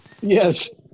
yes